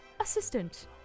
assistant